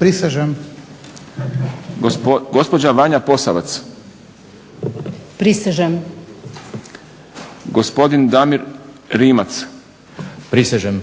Račan-prisežem, gospođa Vanja POsavac-prisežem, gospodin Damir Rimac-prisežem,